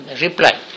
reply